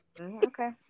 Okay